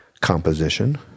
composition